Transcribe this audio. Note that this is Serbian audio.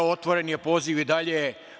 Otvoren je poziv i dalje.